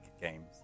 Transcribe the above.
games